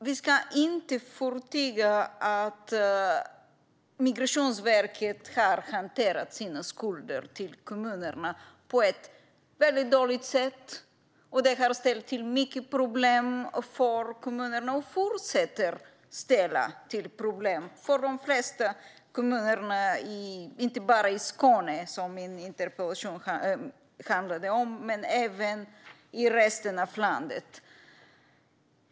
Vi ska inte förtiga att Migrationsverket har hanterat sina skulder till kommunerna på ett väldigt dåligt sätt. Det har ställt till mycket problem för kommunerna och fortsätter att göra det för de flesta kommuner, inte bara i Skåne som min interpellation handlade om utan även i resten av landet.